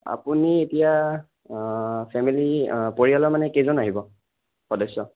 আপুনি এতিয়া ফেমেলী পৰিয়ালৰ মানে কেইজন আহিব সদস্য